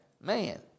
Man